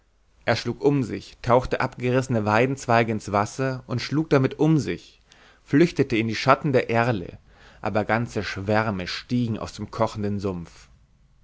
er schlug um sich tauchte abgerissene weidenzweige ins wasser und schlug damit um sich flüchtete in die schatten der erlen aber ganze schwärme stiegen aus dem kochenden sumpf